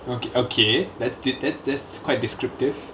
okay okay that that that's quite descriptive